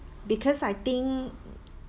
because I think